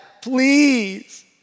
please